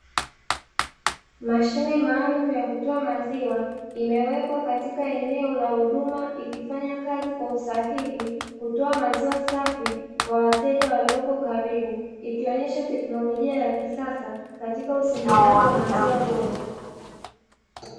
Mashine maalumu ya kutoa maziwa imewekwa katika eneo la huduma ikifanya kazi kwa usahihi kutoa maziwa safi kwa wateja waliopo karibu, ikionyesha teknolojia ya kisasa katika usindikaji wa maziwa yaliyo bora.